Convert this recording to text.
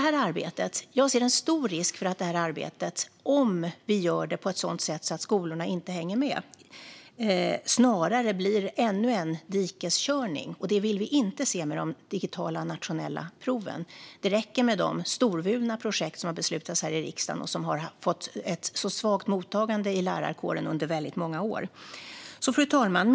Jag ser därför en stor risk för att det här arbetet, om vi gör det på ett sådant sätt att skolorna inte hänger med, snarare blir ännu en dikeskörning. Det vill vi inte se med de digitala nationella proven. Det räcker med de storvulna projekt som har beslutats här i riksdagen och som har fått ett så svagt mottagande i lärarkåren under väldigt många år. Fru talman!